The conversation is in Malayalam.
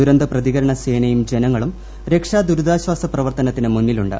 ദുരന്ത പ്രതികരണ സേനയും ജനങ്ങളും രക്ഷാദുരീതാശ്വാസ പ്രവർത്തനത്തിന് മുന്നിലുണ്ട്